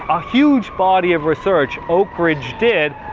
a huge body of research oak ridge did.